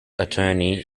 attorney